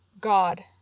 God